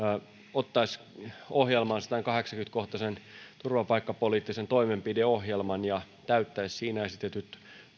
ottaisi ohjelmaansa tämän kahdeksankymmentä kohtaisen turvapaikkapoliittisen toimenpideohjelman ja täyttäisi siinä esitetyt